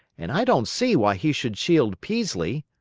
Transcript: and i don't see why he should shield peaslee.